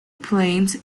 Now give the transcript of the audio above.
plains